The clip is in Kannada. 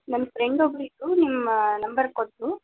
ನಮ್ಮ ಫ್ರೆಂಡ್ ಒಬ್ರು ಇದ್ದರು ನಿಮ್ಮ ನಂಬರ್ ಕೊಟ್ಟರು